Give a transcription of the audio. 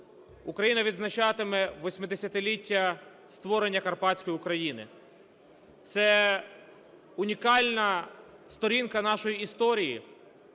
Україна відзначатиме 80-ліття створення Карпатської України. Це унікальна сторінка нашої історії,